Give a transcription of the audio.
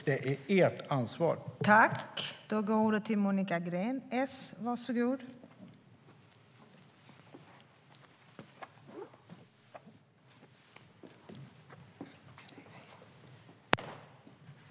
Det är ert ansvar, ministern!